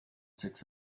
six